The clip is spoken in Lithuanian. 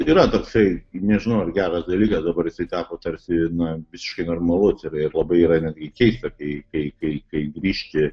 yra toksai nežinau ar geras dalykas dabar jisai tapo tarsi na visiškai normalus ir ir labai yra netgi keista kai kai kai grįžti